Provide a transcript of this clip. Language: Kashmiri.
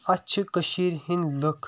اَتھ چھِ کٔشیٖر ہٕنٛد لُکھ